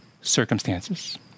circumstances